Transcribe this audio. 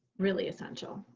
really essential.